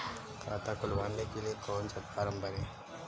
खाता खुलवाने के लिए कौन सा फॉर्म भरें?